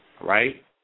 right